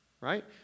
Right